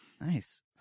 nice